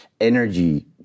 energy